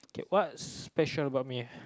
K what's special about me